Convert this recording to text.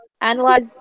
analyze